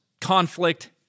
conflict